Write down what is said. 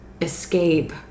escape